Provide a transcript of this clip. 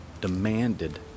demanded